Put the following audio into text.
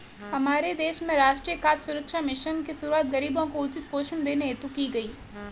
हमारे देश में राष्ट्रीय खाद्य सुरक्षा मिशन की शुरुआत गरीबों को उचित पोषण देने हेतु की गई